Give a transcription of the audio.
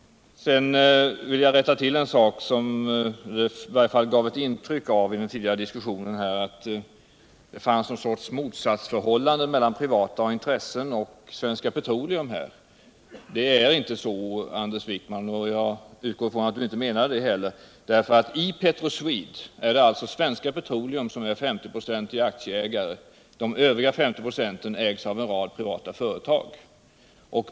Sedan vill jag rätta till en sak. I den tidigare diskussionen kunde man i varje fall få ett intryck av att det här fanns någon sorts motsatsförhållande mellan privata intressen och Svenska Petroleum. Det är inte så. Anders Wijkman, och jag utgår ifrån att ni inte heller menar det. I Petroswede äger Svenska Petroleum 50 ", av aktierna. Övriga 50 "a ägs av en rad privata företag.